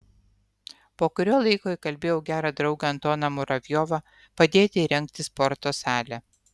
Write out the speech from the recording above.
po kurio laiko įkalbėjau gerą draugą antoną muravjovą padėti įrengti sporto salę